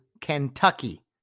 Kentucky